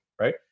right